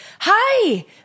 Hi